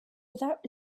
without